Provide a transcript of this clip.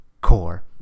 core